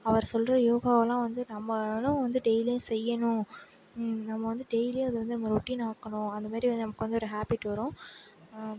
அவர் சொல்கிற யோகாவலாம் வந்து நம்மளும் வந்து டெய்லியும் செய்யணும் நம்ம வந்து டெய்லி அதை வந்து ரொட்டின் ஆக்கணும் அந்த மாரி நமக்கு வந்து ஒரு ஹாபிட் வரும்